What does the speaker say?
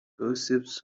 gossips